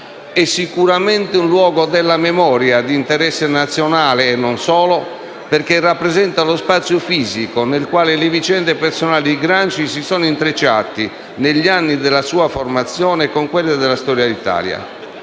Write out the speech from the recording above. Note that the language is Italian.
È sicuramente un luogo della memoria di interesse nazionale (e non solo) perché rappresenta lo spazio fisico nel quale le vicende personali di Gramsci si sono intrecciate, negli anni della sua formazione, con quelle della storia d'Italia.